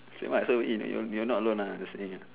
same ah so if you in you you not alone uh listening uh